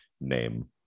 name